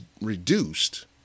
reduced